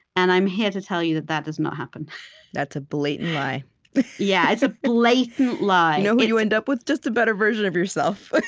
and i'm here to tell you that that does not happen that's a blatant lie yeah yes, ah blatant lie know who you end up with? just a better version of yourself.